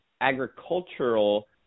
agricultural